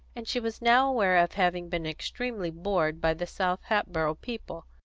and she was now aware of having been extremely bored by the south hatboro' people.